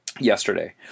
yesterday